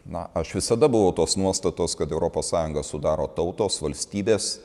na aš visada buvau tos nuostatos kad europos sąjungą sudaro tautos valstybės